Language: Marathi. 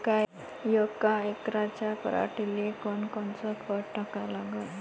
यका एकराच्या पराटीले कोनकोनचं खत टाका लागन?